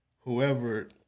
Whoever